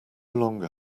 longer